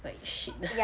like shit